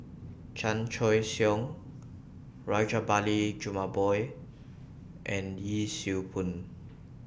Chan Choy Siong Rajabali Jumabhoy and Yee Siew Pun